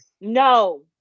No